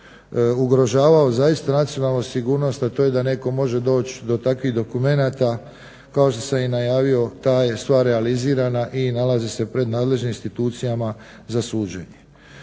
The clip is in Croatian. ugrožavao zaista racionalnu sigurnost, a to je da netko može doći do takvih dokumenata. Kao što sam i najavio, ta je stvar realizirana i nalazi se pred nadležnim institucijama za suđenje.